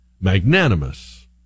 magnanimous